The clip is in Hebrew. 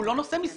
הוא לא נושא משרה.